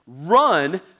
run